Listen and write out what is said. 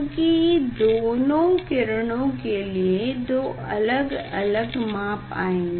चूंकि दोनों किरणों के लिए 2 अलग माप आएँगे